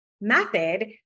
method